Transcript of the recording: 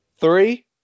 Three